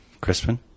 Crispin